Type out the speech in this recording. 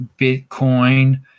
Bitcoin